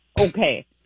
okay